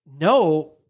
no